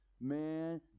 man